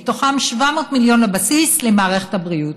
מתוכם 700 מיליון לבסיס, למערכת הבריאות.